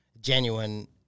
genuine